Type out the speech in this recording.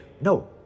No